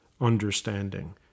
understanding